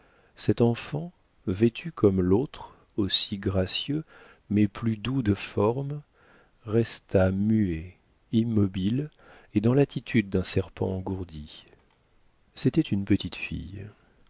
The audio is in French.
cet enfant vêtu comme l'autre aussi gracieux mais plus doux de formes resta muet immobile et dans l'attitude d'un serpent engourdi c'était une petite fille